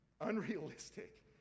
unrealistic